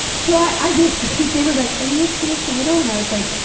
so i basically they were like, are you a suicidal? and i was like,